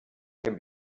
can